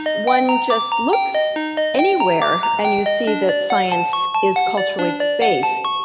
one just looks anywhere and you see that science is culturally based.